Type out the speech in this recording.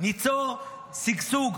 ניצור שגשוג,